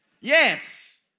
yes